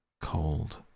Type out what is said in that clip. cold